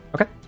Okay